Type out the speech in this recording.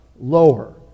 lower